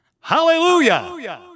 Hallelujah